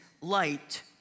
light